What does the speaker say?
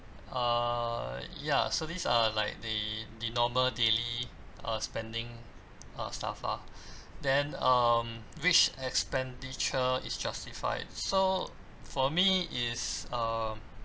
err ya so these are like the the normal daily uh spending uh stuff ah then um which expenditure is justified so for me is uh